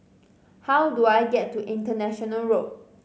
how do I get to International Road